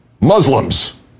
Muslims